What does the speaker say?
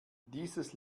dieses